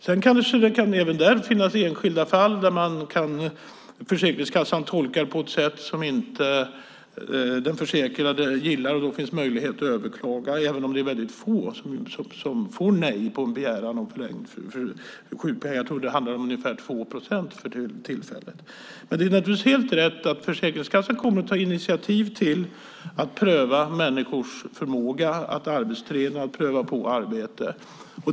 Sedan kanske det även där finns enskilda fall som Försäkringskassan tolkar på ett sätt som den försäkrade inte gillar, och då finns det möjlighet att överklaga, även om det är få som får nej på en begäran om förlängd sjukpenning. Jag tror att det för tillfället handlar om ungefär 2 procent. Men det är naturligtvis helt rätt att Försäkringskassan kommer att ta initiativ till att pröva människors förmåga att arbetsträna och pröva på arbete.